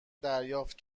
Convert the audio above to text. دریافت